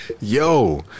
Yo